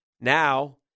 now